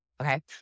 Okay